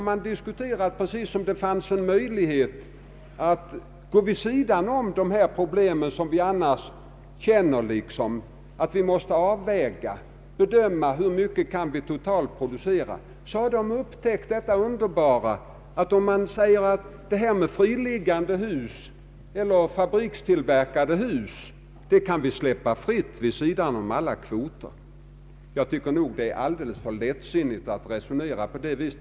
Man diskuterar precis som om det funnes en möjlighet att gå vid sidan om de problem som vi annars känner att vi måste avväga och bedöma, nämligen hur mycket vi totalt kan producera. Man agerar som om man här hade upptäckt något underbart — att uppförandet av fabrikstillverkade hus skulle kunna släppas fritt vid sidan av alla kvoter. Jag anser det vara alltför lättsinnigt att resonera på det sättet.